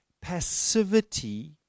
passivity